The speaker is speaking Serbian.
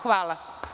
Hvala.